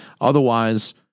otherwise